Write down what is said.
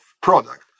product